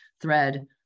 thread